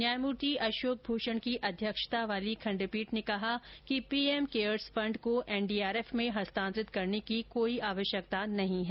न्यायमूर्ति अशोक भूषण की अध्यक्षता वाली खंडपीठ ने कहा कि पीएम केयर्स फंड को एनडीआरएफ में हस्तांतरित करने की कोई आवश्यकता नहीं है